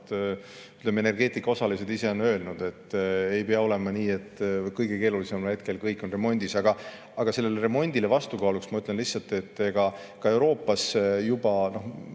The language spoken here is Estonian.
ka energeetika osalised ise on öelnud, et ei pea olema nii, et kõige keerulisemal hetkel kõik on remondis. Aga sellele remondile vastukaaluks ma ütlen, et ka Euroopas on juba